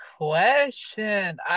question